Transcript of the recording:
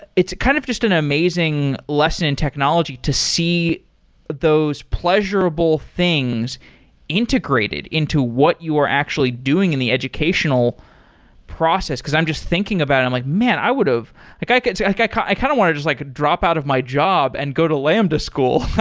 kind of just an amazing lesson in technology to see those pleasurable things integrated into what you are actually doing in the educational process, because i'm just thinking about it, i'm like, man! i would've like i like i kind of want to just like drop out of my job and go to lambda school.